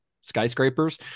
skyscrapers